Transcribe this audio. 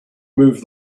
move